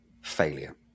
failure